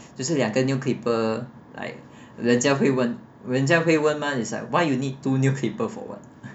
就是两个 nail clipper like 人家会问人家会问 mah 你想 why do you need two nail clippers for what